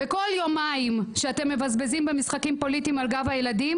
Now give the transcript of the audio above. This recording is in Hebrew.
כל יומיים שאתם מבזבזים במשחקים פוליטיים על גב הילדים